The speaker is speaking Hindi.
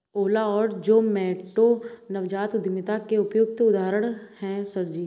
ओला और जोमैटो नवजात उद्यमिता के उपयुक्त उदाहरण है सर जी